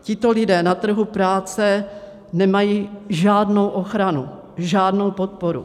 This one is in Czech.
Tito lidé na trhu práce nemají žádnou ochranu, žádnou podporu.